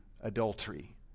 adultery